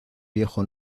viejo